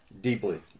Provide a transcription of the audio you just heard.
Deeply